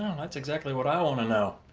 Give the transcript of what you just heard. um that's exactly what i want to know.